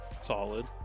Solid